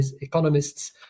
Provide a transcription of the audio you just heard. economists